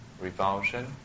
revulsion